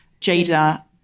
Jada